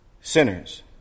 sinners